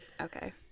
Okay